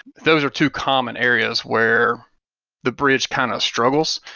those are two common areas where the bridge kind of struggles.